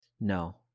No